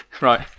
Right